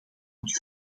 het